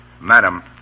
Madam